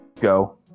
Go